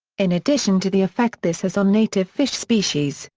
in addition to the effect this has on native fish species,